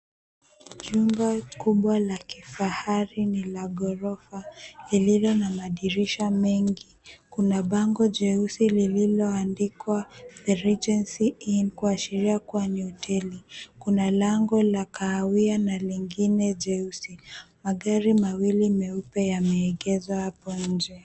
Jumba kubwa la kifahari ni la ghorofa, lililo na madirisha mengi kuna bango jeusi lililoandikwa, The Regsea Inn, kuashiria kuwa ni hoteli, kuna lango la kahawia na lingine jeusi, magari mawili meupe wamegezwa hapo nje.